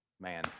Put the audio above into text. Man